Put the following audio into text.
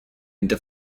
into